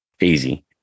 Easy